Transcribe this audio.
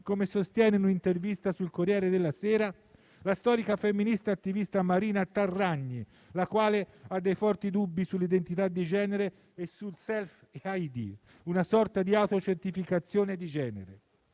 come sostiene in un'intervista sul «Corriere della Sera» la storica attivista femminista Marina Terragni, la quale ha dei forti dubbi sull'identità di genere e sul *self-id*, che è una sorta di autocertificazione di genere.